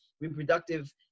reproductive